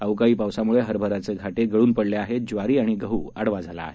अवकाळी पावसामुळे हरभऱ्याचे घाटे गळून पडले आहेत ज्वारी आणि गव्ह आडवा झाला आहे